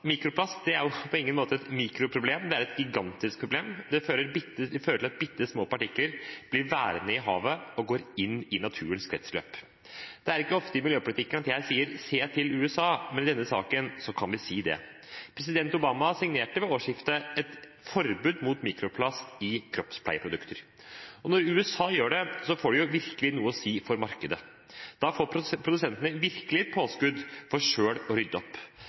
mikroplast. Mikroplast er på ingen måte et mikroproblem, det er et gigantisk problem. Det fører til at bittesmå partikler blir værende i havet og går inn i naturens kretsløp. Det er ikke ofte i miljøpolitikken at jeg sier «Se til USA», men i denne saken kan vi si det. President Obama signerte ved årsskiftet et forbud mot mikroplast i kroppspleieprodukter. Og når USA gjør det, får det virkelig noe å si for markedet. Da får produsentene virkelig et påskudd til selv å rydde opp.